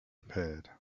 appeared